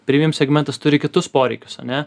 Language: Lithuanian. primium segmentas turi kitus poreikius ane